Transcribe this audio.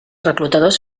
reclutadors